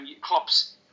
Klopp's